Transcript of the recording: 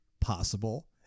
possible